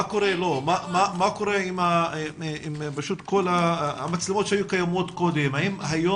מה קורה עם המצלמות שהיו קיימות קודם האם היום